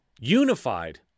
Unified